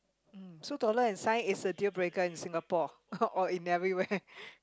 hmm so dollar and sign is a deal breaker in Singapore or in everywhere